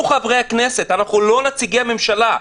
אנחנו חברי הכנסת, אנחנו לא נציגי הממשלה.